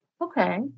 Okay